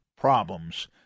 problems